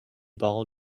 ball